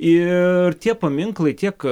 ir tie paminklai tiek